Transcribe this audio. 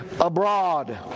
abroad